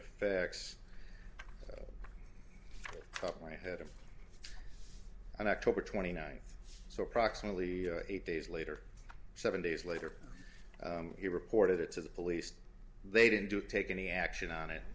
effects plan had him on october twenty ninth so approximately eight days later seven days later he reported it to the police they didn't do take any action on it